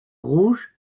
rouge